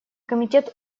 комитет